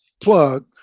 plug